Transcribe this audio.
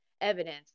evidence